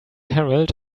herald